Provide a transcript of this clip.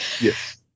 Yes